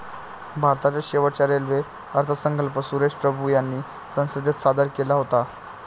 भारताचा शेवटचा रेल्वे अर्थसंकल्प सुरेश प्रभू यांनी संसदेत सादर केला होता